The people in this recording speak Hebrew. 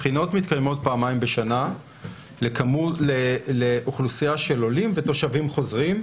בחינות מתקיימות פעמיים בשנה לאוכלוסייה של עולים ותושבים חוזרים,